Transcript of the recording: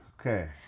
okay